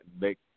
make